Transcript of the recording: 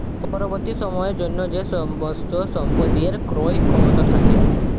পরবর্তী সময়ের জন্য যে সমস্ত সম্পদের ক্রয় ক্ষমতা থাকে